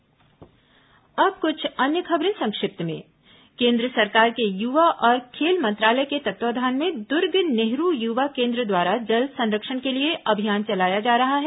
संक्षिप्त समाचार अब कुछ अन्य खबरें संक्षिप्त में केन्द्र सरकार के युवा और खेल मंत्रालय के तत्वाधान में दूर्ग नेहरू युवा केन्द्र द्वारा जल संरक्षण के लिए अभियान चलाया जा रहा है